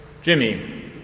Jimmy